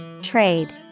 Trade